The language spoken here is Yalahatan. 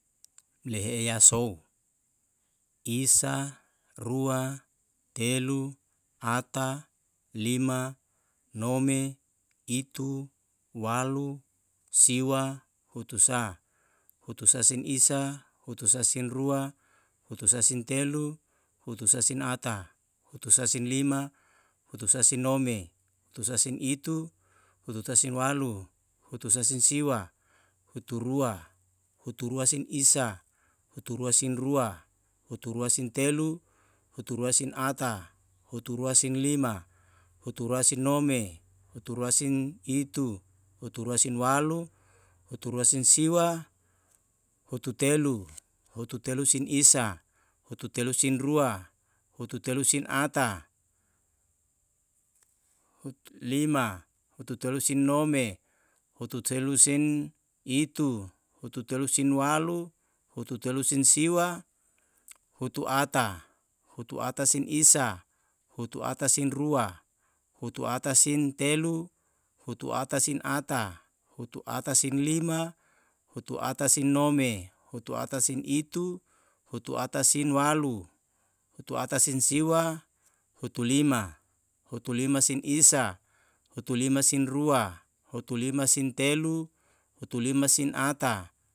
Umle ya sou, isa, rua, telu. ata, lima, nome, itu, walu, siwa, hutusa, hutusa isa, hutusa rua, hutusa telu, hutusa ata, hutusa lima, hutusa nome, hutusa itu, hutusa walu, hutusa siwa, huturua, huturua tunisa, huturua tunrua, huturua sin telu, hutura sin ata, huturua sin nima, huturua sin nome, huturua sin itu, hiturua sin siwa, hututelu. hututelu sin isa, hututelu sin asa, hututelu sin rua, hututelu sin ata hutulelu sin lima, hututelu sin nome, hututelu sin itu, ututelu sin walu, hututelu sin siwa, hutuatasin rua, hutuatasin telu, hutuatasin ata, hutuatasin lima, hutaatasin nome, hutaatasin walu. hutuatasin siwa, hutuliamsin isa, hutulimasin rua, hutulimasin telu, hutulimasin ata.